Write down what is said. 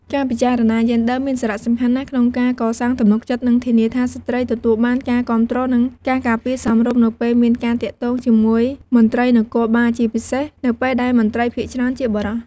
ការពិចារណាយេនឌ័រមានសារៈសំខាន់ណាស់ក្នុងការកសាងទំនុកចិត្ត និងធានាថាស្ត្រីទទួលបានការគាំទ្រនិងការការពារសមរម្យនៅពេលមានការទាក់ទងជាមួយមន្ត្រីនគរបាល ជាពិសេសនៅពេលដែលមន្ត្រីភាគច្រើនជាបុរស។